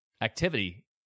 activity